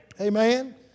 Amen